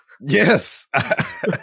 Yes